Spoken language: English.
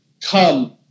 come